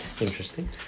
Interesting